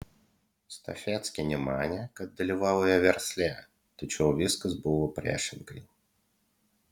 stafeckienė manė kad dalyvauja versle tačiau viskas buvo priešingai